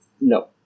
no